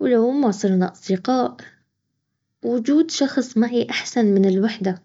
ولو ما صرنا اصدقاء وجود شخص معي احسن من الوحدة